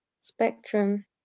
spectrum